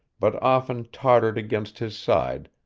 but often tottered against his side,